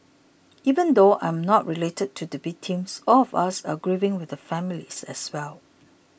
even though I am not related to the victims all of us are grieving with the families as well